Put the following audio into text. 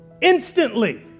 instantly